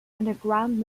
underground